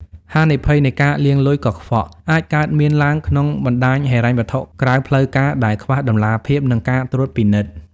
ហានិភ័យនៃការលាងលុយកខ្វក់ អាចកើតមានឡើងក្នុងបណ្ដាញហិរញ្ញវត្ថុក្រៅផ្លូវការដែលខ្វះតម្លាភាព និងការត្រួតពិនិត្យ។